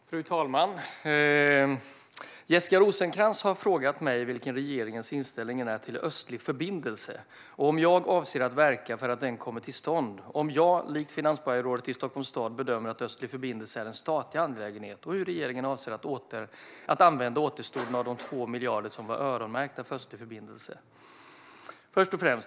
Svar på interpellationer Fru talman! Jessica Rosencrantz har frågat mig vilken regeringens inställning är till Östlig förbindelse och om jag avser att verka för att den kommer till stånd, om jag, likt finansborgarrådet i Stockholms stad, bedömer att Östlig förbindelse är en statlig angelägenhet och hur regeringen avser att använda återstoden av de 2 miljarder som var öronmärkta för Östlig förbindelse.